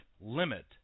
limit